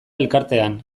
elkartean